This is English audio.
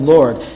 Lord